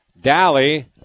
Dally